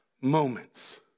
moments